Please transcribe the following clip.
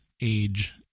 age